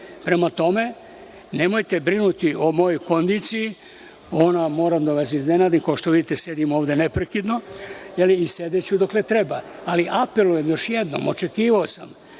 tome, nemojte brinuti o mojoj kondiciji, ona, moram da vas iznenadim, kao što vidite, sedim ovde neprekidno i sedeću dokle treba, ali apelujem još jednom, očekivao sam